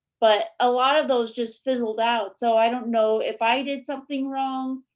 but a lot of those just fizzled out so i don't know if i did something wrong.